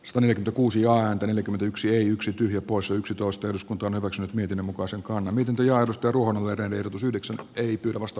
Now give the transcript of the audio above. stone kuusi ääntä neljäkymmentäyksi yksi tyhjä poissa yksitoista jos kunto on osa niiden mukaan selkoa miten ajatus perunoiden ehdotus yhdeksän ei pyydä vasta